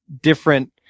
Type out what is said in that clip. different